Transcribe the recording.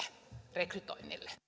rekrytoinnille